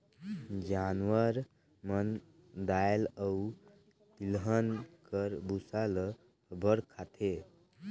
जानवर मन दाएल अउ तिलहन कर बूसा ल अब्बड़ खाथें